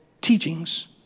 teachings